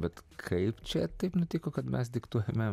bet kaip čia taip nutiko kad mes diktuojame